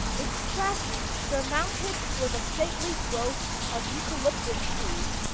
its crest surmounted with a stately grove of eucalyptus trees,